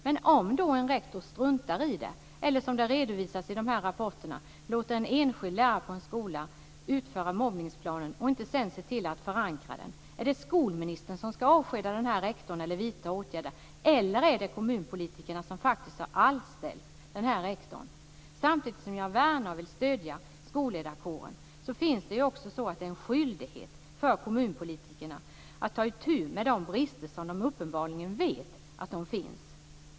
Men om en rektor då struntar i det, eller, som det redovisas i dessa rapporter, låter en enskild lärare på en skola utföra mobbningsplanen och sedan inte ser till att förankra den, är det då skolministern som ska avskeda denna rektor eller vidta åtgärder, eller är det kommunpolitikerna som faktiskt har anställt den här rektorn? Samtidigt som jag värnar om och vill stödja skolledarkåren, är det också en skyldighet för kommunpolitikerna att ta itu med de brister som de uppenbarligen vet finns.